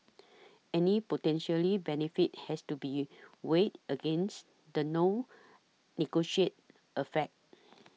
any potentially benefits has to be weighed against the known negotiate effects